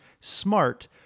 smart